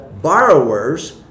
borrower's